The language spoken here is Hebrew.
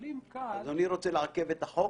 מפלים כאן --- אדוני רוצה לעכב את החוק?